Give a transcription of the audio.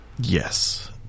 Yes